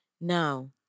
Now